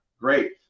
Great